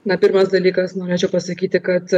na pirmas dalykas norėčiau pasakyti kad